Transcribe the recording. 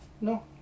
No